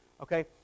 okay